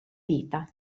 vita